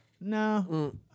no